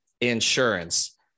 insurance